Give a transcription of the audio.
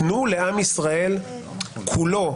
תנו לעם ישראל כולו,